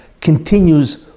continues